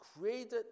created